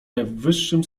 najwyższym